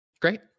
great